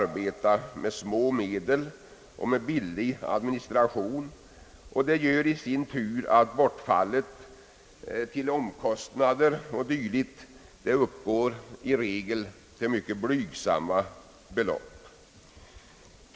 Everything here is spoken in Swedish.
en speciell u-hjälpsavgift, m.m. beta med små medel och billig administration. Det gör i sin tur att bortfallet till omkostnader m.m. i regel uppgår till mycket blygsamma belopp.